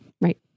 Right